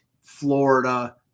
Florida